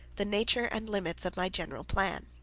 the nature and limits of my general plan.